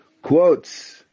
Quotes